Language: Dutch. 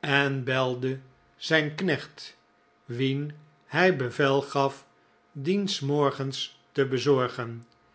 en belde zijn knecht wien hij bevel gaf dien s morgens te bezorgen